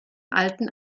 alten